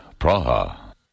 Praha